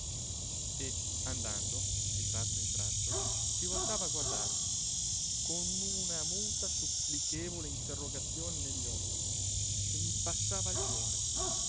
e andando di tratto in tratto si voltava a guardarmi con una muta supplichevole interrogazione negli occhi che mi passava il cuore